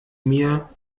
mir